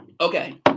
Okay